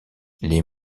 les